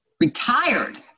retired